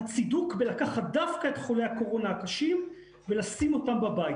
לקחת דווקא את חולי הקורונה הקשים ולשים אותם בבית.